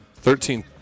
Thirteen